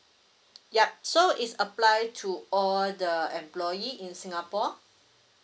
yup so is apply to all the employee in singapore